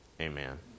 amen